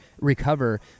recover